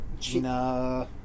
Gina